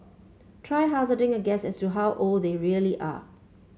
try hazarding a guess as to how old they really are